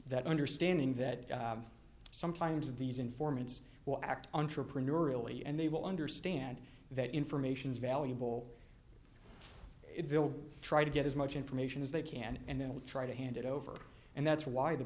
that understanding that sometimes of these informants will act entrepreneurially and they will understand that information is valuable it will try to get as much information as they can and then we try to hand it over and that's why the